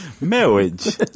Marriage